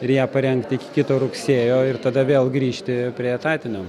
ir ją parengti iki kito rugsėjo ir tada vėl grįžti prie etatinio